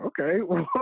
Okay